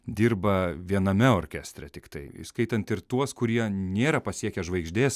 dirba viename orkestre tiktai įskaitant ir tuos kurie nėra pasiekę žvaigždės